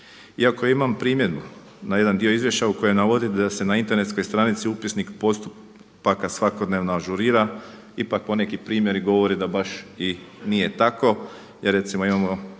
I ako imam primjedbu na jedan dio izvješća u kojem navodite da se na internetskoj stranici upisnik postupaka svakodnevno ažurira ipak poneki primjeri govore da baš i nije tako. Jer recimo imamo